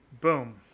boom